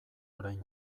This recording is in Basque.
orain